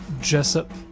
Jessup